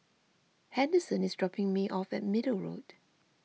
Henderson is dropping me off at Middle Road